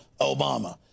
Obama